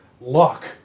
luck